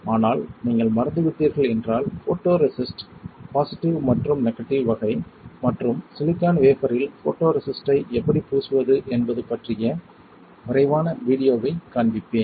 ஆனால் நீங்கள் மறந்துவிட்டீர்கள் என்றால் போட்டோ ரெசிஸ்ட் பாசிட்டிவ் மற்றும் நெகட்டிவ் வகை மற்றும் சிலிக்கான் வேஃபரில் போட்டோ ரெசிஸ்டை எப்படி பூசுவது என்பது பற்றிய விரைவான வீடியோவைக் காண்பிப்பேன்